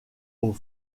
aux